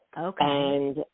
Okay